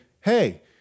hey